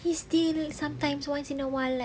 he still sometimes once in a while like